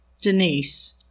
Denise